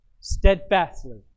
steadfastly